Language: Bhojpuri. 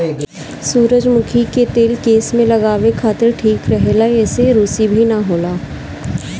सुजरमुखी के तेल केस में लगावे खातिर ठीक रहेला एसे रुसी भी ना होला